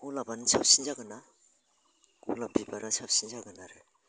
गलाबआनो साबसिन जागोनआ गलाब बिबारा साबसिन जागोन आरो